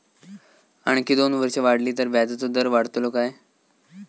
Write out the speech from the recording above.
आणखी दोन वर्षा वाढली तर व्याजाचो दर वाढतलो काय?